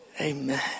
Amen